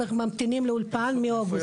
הם חיים בבאר שבע והם ממתינים לאולפן מאוגוסט.